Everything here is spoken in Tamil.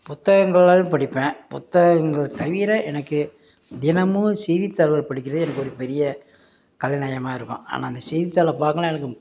புத்தகங்களை படிப்பேன் புத்தகங்கள் தவிர எனக்கு தினமும் செய்தித்தாள்கள் படிக்கிறது எனக்கு ஒரு பெரிய கலைநயமாக இருக்கும் ஆனால் அந்த செய்தித்தாளை பார்க்கலனா எனக்கு